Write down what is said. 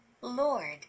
Lord